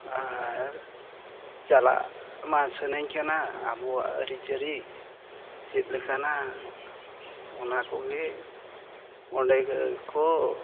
ᱟᱨ ᱪᱟᱞᱟᱜ ᱢᱟ ᱥᱟᱱᱟᱧ ᱠᱟᱱᱟ ᱟᱵᱚᱣᱟᱜ ᱟᱹᱨᱤᱪᱟᱹᱞᱤ ᱪᱮᱫ ᱞᱮᱠᱟᱱᱟ ᱚᱱᱟ ᱠᱚᱜᱮ ᱚᱸᱰᱮ ᱠᱚ